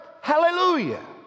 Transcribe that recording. hallelujah